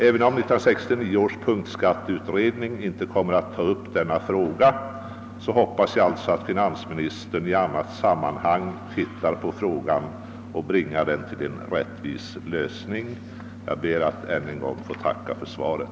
Även om 1969 års punktskatteutredning inte kommer att ta upp denna fråga hoppas jag att finansministern i annat sammanhang studerar problemet och försöker åstadkomma en rättvis lösning. Jag ber ännu en gång att få tacka för svaret.